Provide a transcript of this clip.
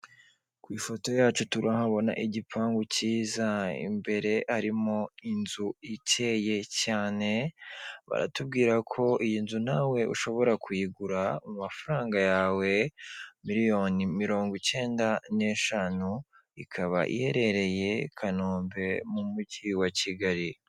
Ku ifoto yacu turahabona igipangu cyiza imbere harimo inzu ikeye cyane baratubwira ko iyi nzu nawe ushobora kuyigura mu mafaranga yawe miliyoni mirongo icyenda n'eshanu ikaba iherereye i Kanombe mu mujyi wa Kigali.